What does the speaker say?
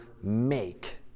make